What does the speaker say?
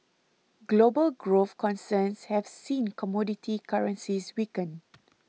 global growth concerns have seen commodity currencies weaken